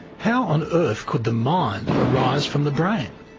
how on earth could the mind arise from the brain?